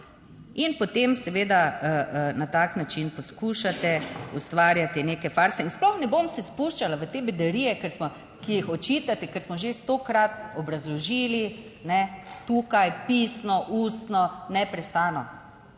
in potem seveda na tak način poskušate ustvarjati neke farse. Sploh ne bom se spuščala v te bedarije, ker smo, ki jih očitate, ker smo že stokrat obrazložili ne tukaj pisno, ustno neprestano.